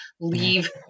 leave